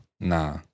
nah